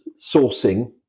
sourcing